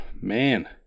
man